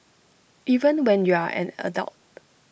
even when you're an adult